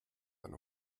eine